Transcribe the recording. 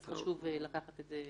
אז חשוב לקחת את זה בחשבון.